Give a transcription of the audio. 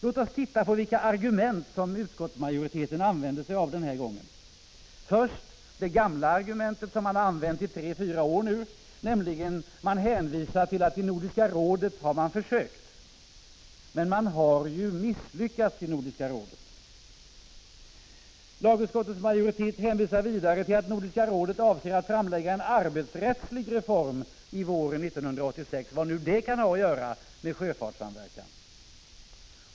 Låt oss se på vilka argument som utskottsmajo riteten använder denna gång. Först är det det gamla argumentet som man har använt i tre fyra år: man hänvisar till att försök har gjorts i Nordiska rådet. Men man har ju misslyckats där. Lagutskottets majoritet hänvisar vidare till att Nordiska rådet avser att framlägga en arbetsrättslig reform våren 1986, vad det nu kan ha att göra med sjöfartssamverkan.